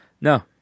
No